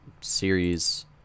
Series